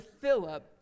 Philip